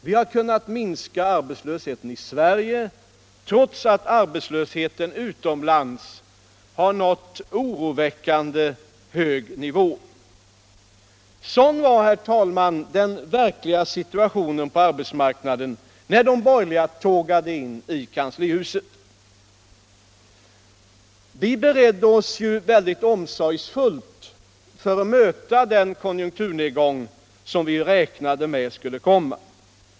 Vi har kunnat minska arbetslösheten i Sverige trots att arbetslösheten utomlands har nått oroväckande hög nivå. Sådan var, herr talman, den verkliga situationen på arbetsmarknaden när de borgerliga tågade in i kanslihuset. Vi beredde oss väldigt omsorgsfullt för att möta den konjunkturnedgång som vi räknade med skulle komma.